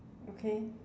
okay